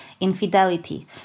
infidelity